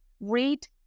Read